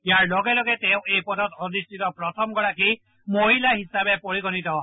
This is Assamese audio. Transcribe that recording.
ইয়াৰ লগে লগে তেওঁ এই পদত অধিষ্ঠিত প্ৰথমগৰাকী মহিলা হিচাপে পৰিগণিত হয়